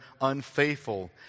unfaithful